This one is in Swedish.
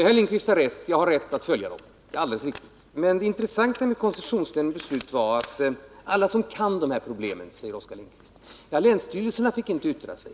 Herr talman! Det är alldeles riktigt, som herr Lindkvist säger, att jag har rätt att följa koncessionsnämndens beslut. Men det intressanta med koncessionsnämndens beslut i detta fall var följande. Länsstyrelserna fick inte yttra sig.